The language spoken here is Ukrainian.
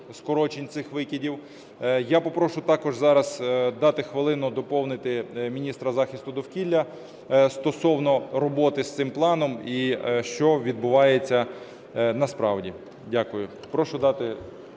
Я попрошу також зараз дати хвилину доповнити міністра захисту довкілля стосовно роботи з цим планом і що відбувається насправді. Дякую.